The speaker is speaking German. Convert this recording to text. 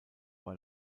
war